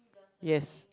yes